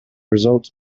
result